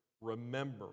Remember